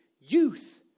youth